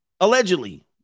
Allegedly